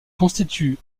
constitue